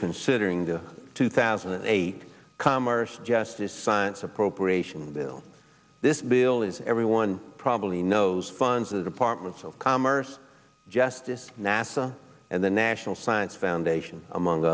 considering the two thousand and eight commerce justice science appropriation bill this bill is everyone probably knows funds of departments of commerce justice nasa and the national science foundation among